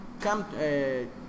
come